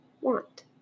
want